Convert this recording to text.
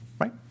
Right